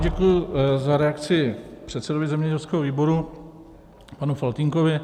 Děkuji za reakci předsedovi zemědělského výboru panu Faltýnkovi.